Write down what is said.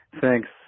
Thanks